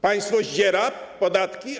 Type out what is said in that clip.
Państwo zdziera podatki?